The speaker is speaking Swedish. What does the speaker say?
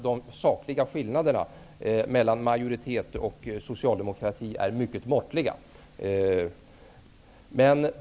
De sakliga skillnaderna mellan majoriteten och Socialdemokraterna är mycket måttliga.